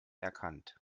erkannt